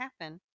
happen